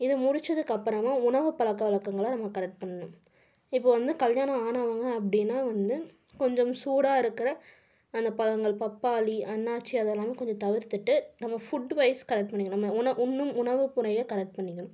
இது முடித்ததுக்கப்பறமா உணவு பழக்க வழக்கங்களை நம்ம கரெக்ட் பண்ணணும் இப்போது வந்து கல்யாணம் ஆனவங்க அப்படீன்னா வந்து கொஞ்சம் சூடாக இருக்கிற அந்த பழங்கள் பப்பாளி அன்னாசி அதெல்லாம் கொஞ்சம் தவிர்த்துட்டு நம்ம ஃபுட்வைஸ் கரெக்ட் பண்ணிக்கணும் நம்ம உண்ணும் உணவு முறையை கரெக்ட் பண்ணிக்கணும்